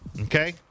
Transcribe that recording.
okay